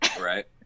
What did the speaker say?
right